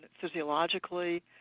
physiologically